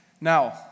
Now